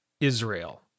Israel